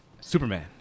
Superman